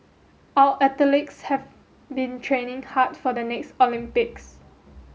our athletes have been training hard for the next Olympics